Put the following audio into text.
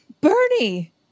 Bernie